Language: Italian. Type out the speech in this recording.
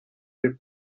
del